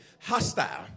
Hostile